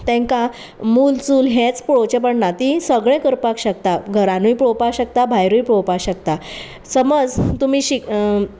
तांकां मूल चूल हेंच पळोवचें पडना तीं सगळें करपाक शकता घरानूय पळोवपाक शकता भायरूय पळोवपा शकता समज तुमी